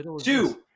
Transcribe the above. two